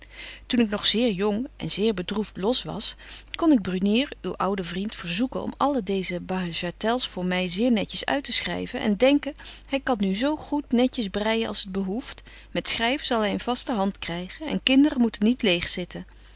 toen ik nog zeer jong en zeer bedroeft los betje wolff en aagje deken historie van mejuffrouw sara burgerhart was kon ik brunier uw ouden vriend verzoeken om alle deeze bagatelles voor my zeer netjes uit te schryven en denken hy kan nu zo goed netjes breijen als t behoeft met schryven zal hy een vaste hand krygen en kinderen moeten niet leeg zitten